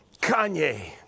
Kanye